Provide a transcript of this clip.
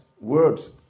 Words